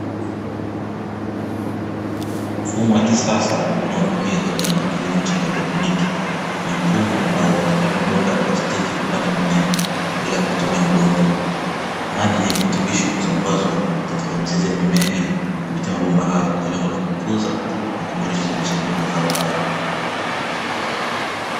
Mfumo wa kisasa unaofaamika kwa jina la kilimo cha haidroponiki, ni mfumo ambao unatumia mabomba ya plastiki kupanda mimea bila kutumia udongo, maji yenye virutubisho usambazwa katika mizizi ya mimea hiyo kupitia mabomba hayo kwa lengo la kukuza na kuboresha uzalishaji wa mazao hayo.